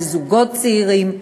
על זוגות צעירים,